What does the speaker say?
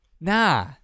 Nah